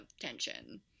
tension